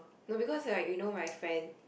no because right you know my friend